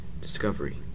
Discovery